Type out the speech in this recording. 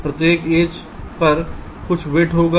इसलिए प्रत्येक एज पर कुछ वेट होगा